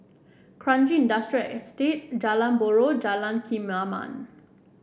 Kranji Industrial Estate Jalan Buroh Jalan Kemaman